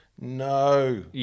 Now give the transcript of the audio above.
no